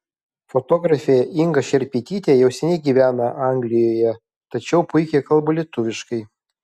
fotografė inga šerpytytė jau seniai gyvena anglijoje tačiau puikiai kalba lietuviškai